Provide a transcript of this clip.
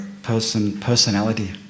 personality